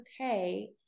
okay